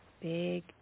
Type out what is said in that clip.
big